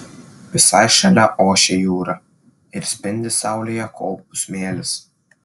visai šalia ošia jūra ir spindi saulėje kopų smėlis